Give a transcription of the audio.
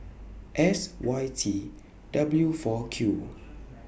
S Y T W four Q